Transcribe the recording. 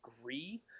agree